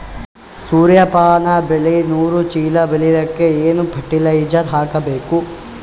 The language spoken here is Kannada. ಸೂರ್ಯಪಾನ ಬೆಳಿ ನೂರು ಚೀಳ ಬೆಳೆಲಿಕ ಏನ ಫರಟಿಲೈಜರ ಹಾಕಬೇಕು?